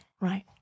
Right